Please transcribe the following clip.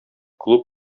клуб